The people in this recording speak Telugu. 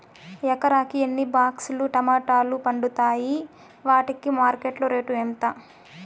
ఎకరాకి ఎన్ని బాక్స్ లు టమోటాలు పండుతాయి వాటికి మార్కెట్లో రేటు ఎంత?